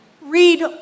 Read